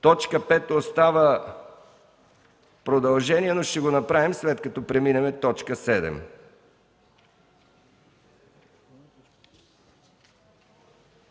Точка пета остава продължение, но ще го направим, след като преминем точка